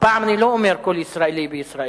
הפעם אני לא אומר: כל ישראלי בישראל,